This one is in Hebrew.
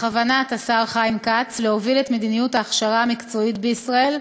בכוונת השר חיים כץ להוביל את מדיניות ההכשרה המקצועית בישראל,